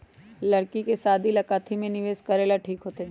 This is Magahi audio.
लड़की के शादी ला काथी में निवेस करेला ठीक होतई?